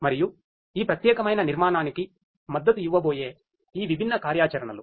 మరియు ఈ ప్రత్యేకమైన నిర్మాణానికి మద్దతు ఇవ్వబోయే ఈ విభిన్న కార్యాచరణలు